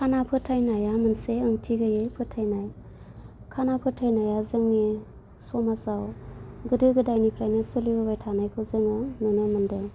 खाना फोथायनाया मोनसे ओंथि गोयै फोथायनाय खाना फोथायनाया जोंनि समाजाव गोदो गोदायनिफ्रायनो सोलिबोबाय थानायखौ जोङो नुनो मोनदों